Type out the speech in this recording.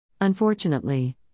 Unfortunately